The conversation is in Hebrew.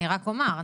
אני רק אומר,